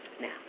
Now